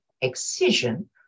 excision